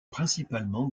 principalement